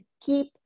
keep